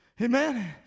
Amen